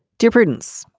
dear prudence,